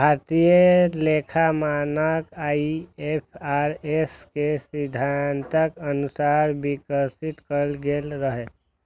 भारतीय लेखा मानक आई.एफ.आर.एस के सिद्धांतक अनुसार विकसित कैल गेल रहै